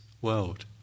world